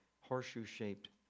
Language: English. horseshoe-shaped